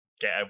get